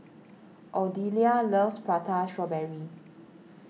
Odelia loves Prata Strawberry